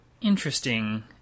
interesting